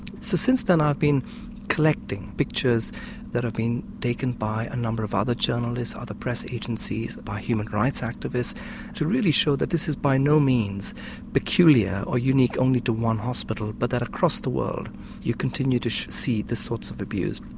so since then i've been collecting pictures that have been taken by a number of other journalists, other press agencies, by human rights activists to really show that this is by no means peculiar or unique only to one hospital but that across the world you continue to see these sorts of abuse.